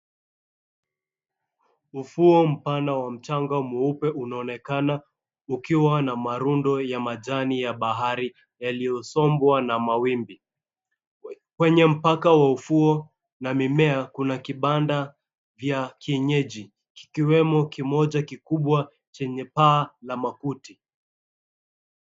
Ufuo mpana wa mchanga mweupe unaonekana ukiwa na marundo ya majani ya bahari yaliyosombwa na mawimbi. Kwenye mpaka wa ufuo na mimea kuna kibanda ya kienyeji, kikiwemo kimoja kikubwa chenye paa na makuti.